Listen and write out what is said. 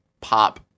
pop